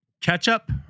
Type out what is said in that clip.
Ketchup